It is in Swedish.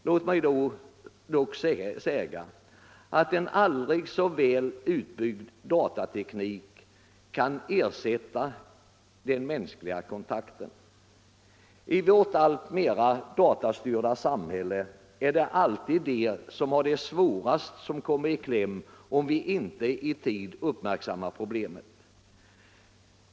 Låt mig dock säga att en aldrig så väl utbyggd datateknik inte kan ersätta den mänskliga kontakten. I vårt alltmer datastyrda samhälle är det alltid de som har det svårast som kommer i kläm om vi inte i tid uppmärksammar problemen.